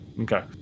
Okay